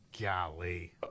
golly